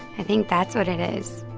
i think that's what it is.